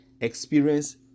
experience